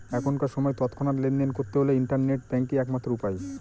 এখনকার সময় তৎক্ষণাৎ লেনদেন করতে হলে ইন্টারনেট ব্যাঙ্কই এক মাত্র উপায়